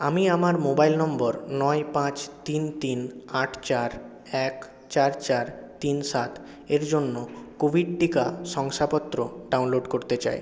আমি আমার mobile number নয় পাঁচ তিন তিন আট চার এক চার চার তিন সাত এর জন্য কোভিড টিকা শংসাপত্র ডাউনলোড করতে চাই